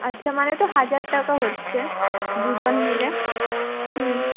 আচ্ছা মানে তো হাজার টাকা হচ্ছে দুজন মিলে